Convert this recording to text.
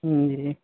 جی جی